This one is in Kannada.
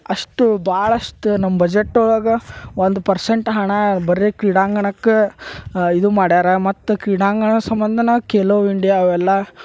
ಅಷ್ಟು ಭಾಳಷ್ಟು ನಮ್ಮ ಬಜೆಟ್ ಒಳಗೆ ಒಂದು ಪರ್ಸೆಂಟ್ ಹಣ ಬರೇ ಕ್ರೀಡಾಂಗಣಕ್ಕೆ ಇದು ಮಾಡ್ಯಾರ ಮತ್ತು ಕ್ರೀಡಾಂಗಣ ಸಂಬಂಧ ಕೆಲೋ ಇಂಡ್ಯಾ ಅವೆಲ್ಲ